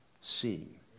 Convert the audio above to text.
seen